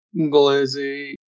Glizzy